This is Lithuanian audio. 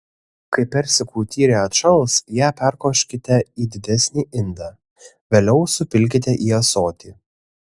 kai persikų tyrė atšals ją perkoškite į didesnį indą vėliau supilkite į ąsotį